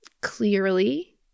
clearly